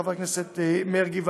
חבר הכנסת מרגי,